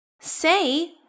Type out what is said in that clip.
say